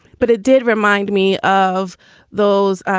but it did remind me of those